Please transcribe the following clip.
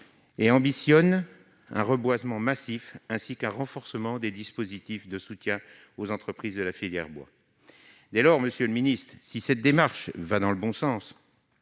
est ambitionné, ainsi qu'un renforcement des dispositifs de soutien aux entreprises de la filière bois. Monsieur le ministre, cette démarche va dans le bon sens,